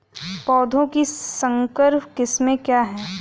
पौधों की संकर किस्में क्या हैं?